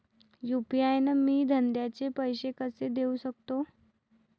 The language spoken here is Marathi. यू.पी.आय न मी धंद्याचे पैसे कसे देऊ सकतो?